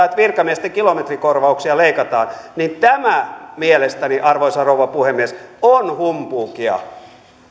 että virkamiesten kilometrikorvauksia leikataan niin tämä mielestäni arvoisa rouva puhemies on humpuukia